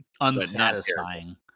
Unsatisfying